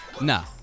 No